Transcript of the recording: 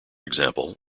example